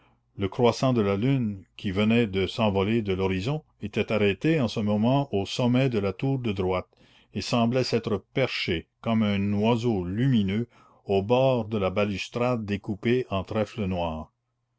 le croissant de la lune qui venait de s'envoler de l'horizon était arrêté en ce moment au sommet de la tour de droite et semblait s'être perché comme un oiseau lumineux au bord de la balustrade découpée en trèfles noirs